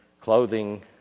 clothing